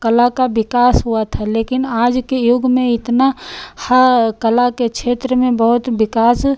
कला का विकास हुआ था लेकिन आज के युग में इतना हा कला के क्षेत्र में बहुत विकास